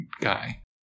guy